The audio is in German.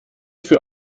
für